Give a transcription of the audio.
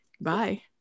Bye